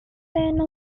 lane